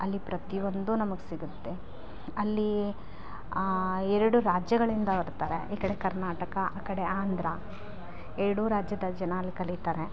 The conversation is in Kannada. ಅಲ್ಲಿ ಪ್ರತಿಯೊಂದು ನಮಗೆ ಸಿಗುತ್ತೆ ಅಲ್ಲಿ ಎರಡು ರಾಜ್ಯಗಳಿಂದ ಬರ್ತಾರೆ ಈ ಕಡೆ ಕರ್ನಾಟಕ ಆ ಕಡೆ ಆಂಧ್ರ ಎರಡು ರಾಜ್ಯದ ಜನ ಅಲ್ಲಿ ಕಲಿತಾರೆ